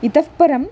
इतःपरम्